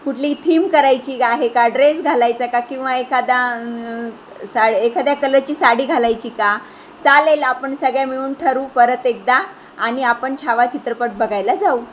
कुठली थीम करायची गा आहे का ड्रेस घालायचा का किंवा एखादा सा एखाद्या कलरची साडी घालायची का चालेल आपण सगळ्या मिळून ठरवू परत एकदा आणि आपण छावा चित्रपट बघायला जाऊ